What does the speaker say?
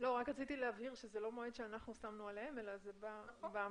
רציתי רק להבהיר שזה לא מועד שאנחנו שמנו עליהם אלא זה בא מהם,